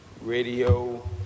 radio